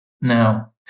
Now